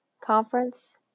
conference